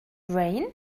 rain